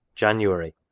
january,